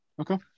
okay